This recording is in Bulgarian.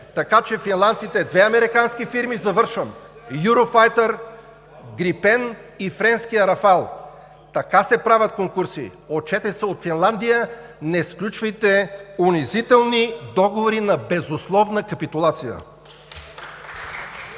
Така че финландците – две американски фирми, завършвам, „Юрофайтър“, „Грипен“ и френския „Рафал“. Така се правят конкурси! Учете се от Финландия, не сключвайте унизителни договори за безусловна капитулация.